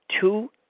two